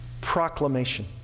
Proclamation